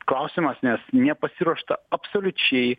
klausimas nes nepasiruošta absoliučiai